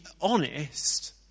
honest